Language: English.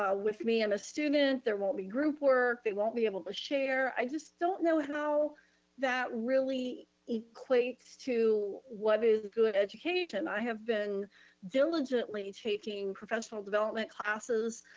ah with me and a student, there won't be group work, they won't be able to share, i just don't know how that really equates to what is good education. i have been diligently taking professional development classes.